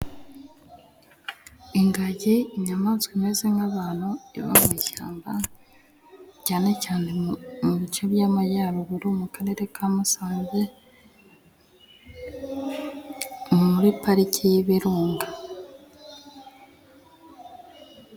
Ingagi inyamaswa imeze nk'abantu iba mu ishyamba cyane cyane mu bice by'amajyaruguru mu karere ka Musanze muri parike y'Ibirunga.